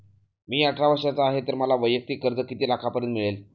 मी अठरा वर्षांचा आहे तर मला वैयक्तिक कर्ज किती लाखांपर्यंत मिळेल?